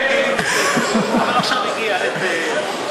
אבל תגיד את זה מתוך כאב.